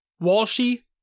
Walshy